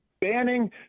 banning